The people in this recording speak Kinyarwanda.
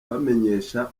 bamenyesha